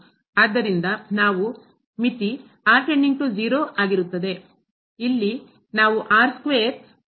ಆದ್ದರಿಂದ ನಮ್ಮ ಮಿತಿ ಮತ್ತು ಇಲ್ಲಿ ನಾವು